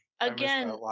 Again